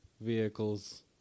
vehicles